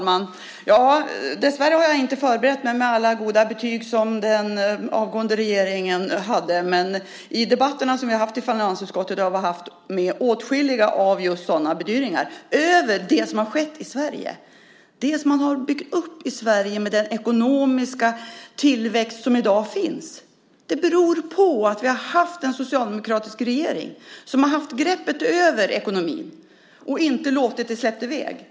Fru talman! Dessvärre har jag inte förberett mig med alla goda betyg som den förra regeringen fick. Men i debatterna som vi har haft i finansutskottet har åtskilliga sådana bedyranden framkommit om det som har skett i Sverige, om det som man har byggt upp i Sverige med den ekonomiska tillväxt som i dag finns. Det beror på att vi har haft en socialdemokratisk regering som har haft greppet om ekonomin och inte så att säga släppt i väg den.